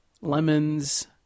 lemons